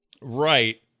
Right